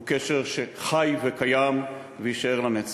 הוא קשר שחי וקיים ויישאר לנצח.